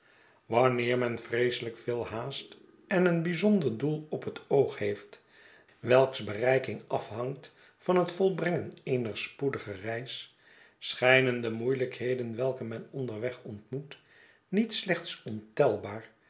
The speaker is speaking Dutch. wanneer men vreeselijk veel haast en een bijzonder doel op het oog heeft welks bereiking afhangt van het volbrengen eener spoedige reis schijnen de moeielijkheden welke men onderweg ontmoet niet slechts ontelbaar